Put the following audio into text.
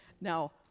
Now